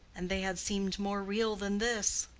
and they had seemed more real than this!